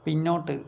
പിന്നോട്ട്